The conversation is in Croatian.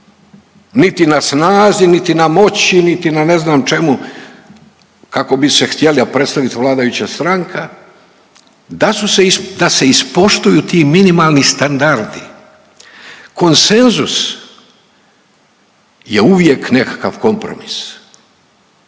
niti na snazi, niti na moći, niti na ne znam čemu kako bi se htjela predstaviti vladajuća stranka da se ispoštuju ti minimalni standardi. Konsenzus je uvijek nekakav kompromis,